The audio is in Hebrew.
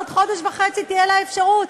עוד חודש וחצי תהיה לה אפשרות,